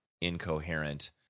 incoherent